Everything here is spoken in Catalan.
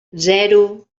zero